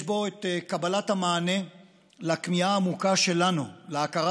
יש בו את קבלת המענה לכמיהה העמוקה שלנו להכרה